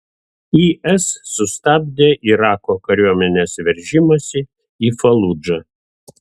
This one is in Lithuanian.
is sustabdė irako kariuomenės veržimąsi į faludžą